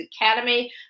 Academy